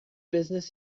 business